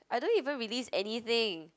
I don't even release anything